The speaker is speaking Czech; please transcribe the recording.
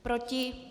Proti?